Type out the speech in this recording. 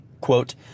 Quote